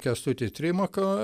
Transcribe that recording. kęstutį trimaką